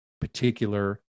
particular